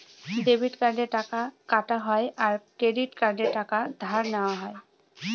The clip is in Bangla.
ডেবিট কার্ডে টাকা কাটা হয় আর ক্রেডিট কার্ডে টাকা ধার নেওয়া হয়